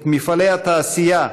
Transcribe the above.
את מפעלי התעשייה,